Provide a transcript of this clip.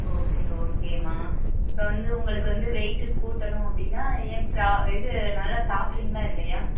okay ஓகேம்மா இப்போ வந்து உங்களுக்கு வந்து வெயிட்டு கூட்டணும் அப்படின்னா இது நல்லா சாப்பிட்றிங்களா இல்லையா